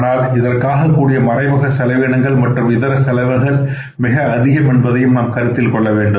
ஆனால் இதற்காகக்கூடிய மறைமுக செலவினங்கள் மற்றும் இதர செலவுகள் மிக மிக அதிகம் என்பதை நாம் கருத்தில் கொள்ள வேண்டும்